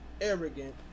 arrogant